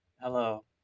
Hello